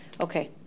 Okay